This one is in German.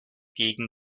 gegen